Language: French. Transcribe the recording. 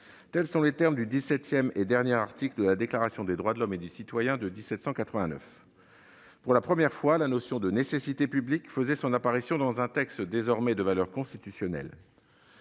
Tels sont les termes du dix-septième et dernier article de la Déclaration des droits de l'homme et du citoyen de 1789. Pour la première fois, la notion de nécessité publique faisait son apparition dans un texte, qui est désormais de valeur constitutionnelle.